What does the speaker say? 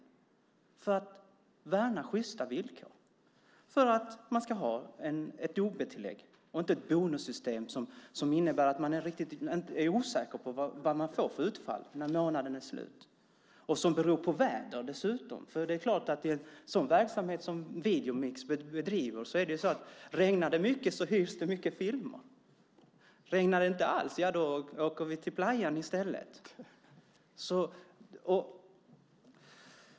De har tagit strid för att värna sjysta villkor och för att man ska ha ett ob-tillägg och inte ett bonussystem som innebär att man är osäker på vad man får för utfall när månaden är slut och som dessutom beror på väder. Det är klart att det i en sådan verksamhet som den som Videomix bedriver hyrs mycket filmer om det regnar mycket. Regnar det inte alls, ja, då åker vi till playan i stället!